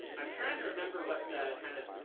i'm trying to remember what the kind of,